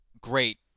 great